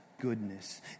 goodness